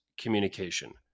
communication